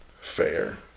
fair